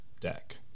deck